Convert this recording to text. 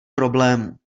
problémů